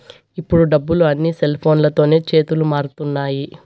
ఇప్పుడు డబ్బులు అన్నీ సెల్ఫోన్లతోనే చేతులు మారుతున్నాయి